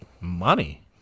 Money